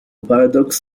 paradox